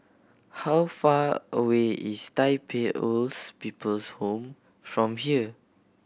how far away is Tai Pei Old People's Home from here